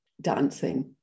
dancing